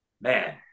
man